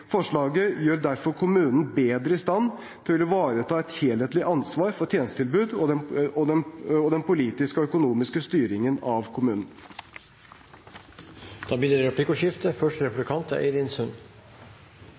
Forslaget gjør derfor kommunene bedre i stand til å ivareta et helhetlig ansvar for tjenestetilbudet og den politiske og økonomiske styringen av kommunen. Det blir replikkordskifte.